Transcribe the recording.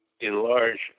enlarge